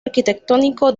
arquitectónico